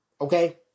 Okay